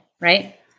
right